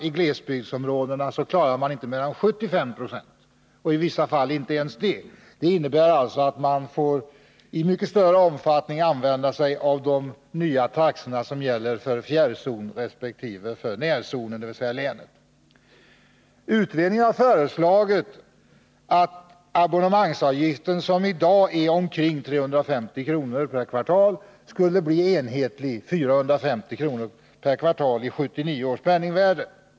I glesbygdsområdena klarar inte abonnenterna mer än 75 260 av sina samtal inom denna ram —i vissa fall inte ens det. Det innebär att glesbygdsborna i mycket större omfattning än storstadsborna kommer att få använda sig av de nya taxor som skall gälla för fjärrzon resp. närzon, dvs. länet. Utredningen har föreslagit att abonnemangsavgiften, som i dag är omkring 350 kr. per kvartal, skall bli enhetlig och uppgå till 450 kr. per kvartal i 1979 års penningvärde.